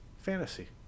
fantasy